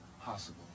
possible